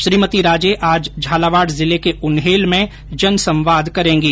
श्रीमती राजे आज झालावाड़ जिले के उन्हेल में जन संवाद कर रही है